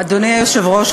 אדוני היושב-ראש,